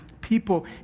people